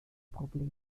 probleme